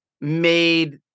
made